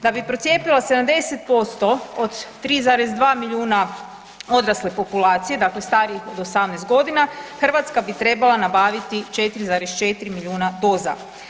Da bi procijepila 70% od 3,2 milijuna odrasle populacije, dakle starijih od 18 g., Hrvatska bi trebala nabaviti 4,4 milijuna doza.